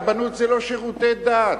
רבנות זה לא שירותי דת.